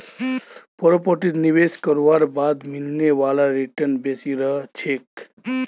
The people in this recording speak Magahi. प्रॉपर्टीत निवेश करवार बाद मिलने वाला रीटर्न बेसी रह छेक